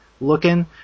looking